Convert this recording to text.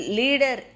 leader